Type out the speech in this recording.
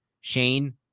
Shane